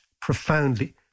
profoundly